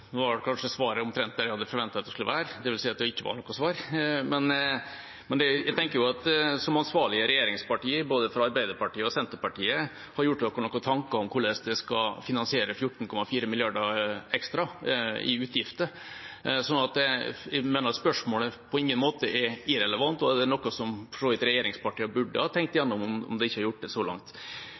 jeg hadde forventet at det skulle være – det vil si at det ikke var noe svar. Men jeg tenker at som ansvarlige regjeringspartier har både Arbeiderpartiet og Senterpartiet gjort seg noen tanker om hvordan de skal finansiere 14,4 mrd. kr ekstra i utgifter. Så jeg mener at spørsmålet på ingen måte er irrelevant, og at det for så vidt er noe som regjeringspartiene burde ha tenkt gjennom, om de ikke har gjort det så langt.